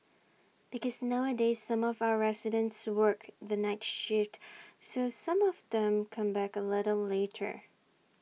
because nowadays some of our residents work the night shift so some of them come back A little later